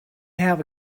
have